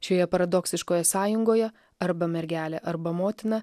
šioje paradoksiškoje sąjungoje arba mergelė arba motina